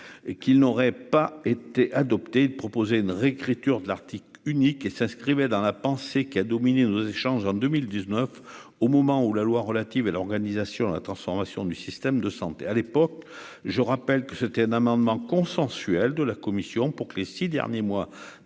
et qu'il n'aurait pas été adopté de proposer une réécriture de l'article unique et s'inscrivait dans la pensée qui a dominé nos échanges en 2000 19 au moment où la loi relative à l'organisation, la transformation du système de santé à l'époque, je rappelle que c'était un amendement consensuelle de la commission pour que les 6 derniers mois